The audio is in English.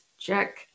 check